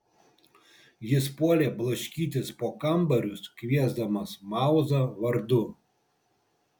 jis puolė blaškytis po kambarius kviesdamas mauzą vardu